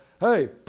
hey